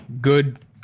good